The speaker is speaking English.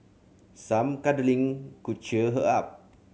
some cuddling could cheer her up